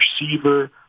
receiver